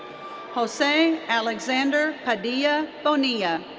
jose alexander padilla bonilla.